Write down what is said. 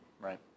Right